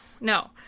no